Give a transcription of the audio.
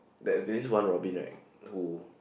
there's this one Robin right who